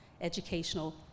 educational